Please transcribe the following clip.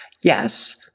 Yes